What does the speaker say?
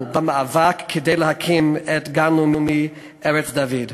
במאבק כדי להקים את הגן הלאומי ארץ-דוד.